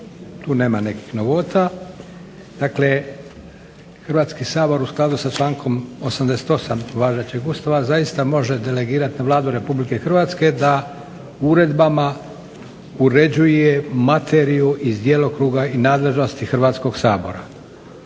tu nema nekih novota. Dakle, Hrvatski sabor u skladu sa člankom 88. Važećeg ustava zaista može delegirati na Vladu RH da uredbama uređuje materiju iz djelokruga i nadležnosti Hrvatskog sabora.